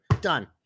done